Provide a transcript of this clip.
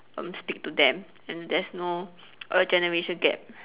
um stick to them and there's no err generation gap